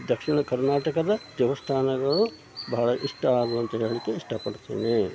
ದಕ್ಷಿಣ ಕರ್ನಾಟಕದ ದೇವಸ್ಥಾನಗಳು ಭಾಳ ಇಷ್ಟ ಆದವು ಅಂತ ಹೇಳ್ಲಿಕ್ಕೆ ಇಷ್ಟಪಡ್ತೀನಿ